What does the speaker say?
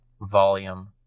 volume